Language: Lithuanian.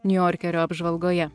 niujorkerio apžvalgoje